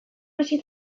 bizi